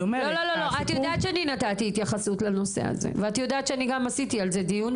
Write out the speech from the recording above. את יודעת שהתייחסתי לנושא הזה ואת יודעת שעשיתי על זה דיון,